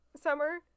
summer